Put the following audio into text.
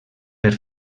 per